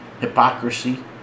hypocrisy